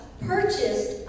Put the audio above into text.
purchased